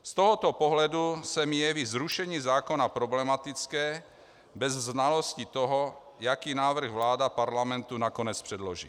Z tohoto pohledu se mi jeví zrušení zákona problematické bez znalosti toho, jaký návrh vláda Parlamentu nakonec předloží.